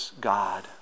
God